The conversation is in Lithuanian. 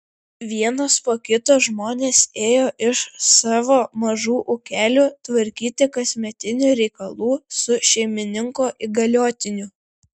vienas po kito žmonės ėjo iš savo mažų ūkelių tvarkyti kasmetinių reikalų su šeimininko įgaliotiniu